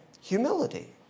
humility